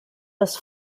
das